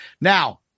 Now